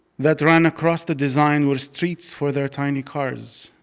that ran across the design were streets for their tiny cars.